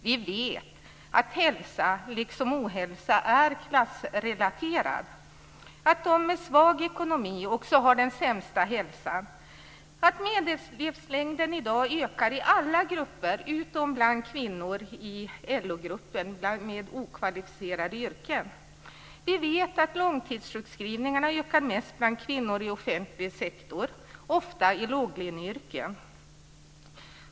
Vi vet att hälsa liksom ohälsa är klassrelaterad, att de med svag ekonomi också har den sämsta hälsan, att medellivslängden i dag ökar i alla grupper utom bland kvinnor i LO-gruppen med okvalificerade yrken. Vi vet att långtidssjukskrivningarna ökar mest bland kvinnor i offentlig sektor, ofta i låglöneyrken.